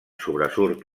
sobresurt